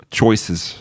choices